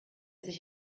sich